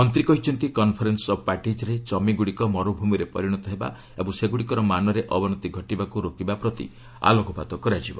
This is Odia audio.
ମନ୍ତ୍ରୀ କହିଛନ୍ତି କନ୍ଫରେନ୍ବ ଅଫ୍ ପାର୍ଟିକ୍ରେ ଜମିଗୁଡ଼ିକ ମରୁଭ୍ରମିରେ ପରିଣତ ହେବା ଓ ସେଗୁଡ଼ିକର ମାନରେ ଅବନତି ଘଟିବାକୁ ରୋକିବା ପ୍ରତି ଆଲୋକପାତ କରାଯିବ